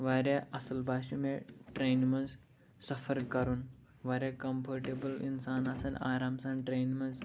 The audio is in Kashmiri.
واریاہ اصٕل باسیو مےٚ ٹرٛینہِ منٛز سفر کَرُن واریاہ کَمفٲرٹیبٕل اِنسان آسان آرام سان ٹرٛینہِ منٛز